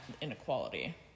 inequality